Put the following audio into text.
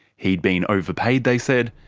he'd been overpaid, they said,